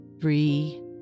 three